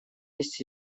есть